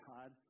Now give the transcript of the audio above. God